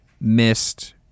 missed